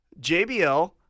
jbl